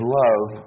love